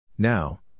Now